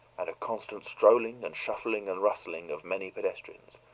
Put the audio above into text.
and a constant strolling and shuffling and rustling of many pedestrians,